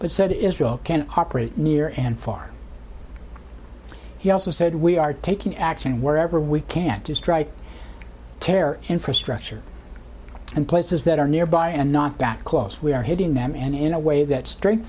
but said israel can operate near and far he also said we are taking action wherever we can to strike terror infrastructure and places that are nearby and not that close we are hitting them and in a way that str